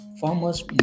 farmers